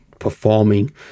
performing